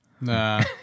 Nah